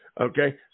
Okay